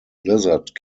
lizard